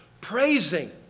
praising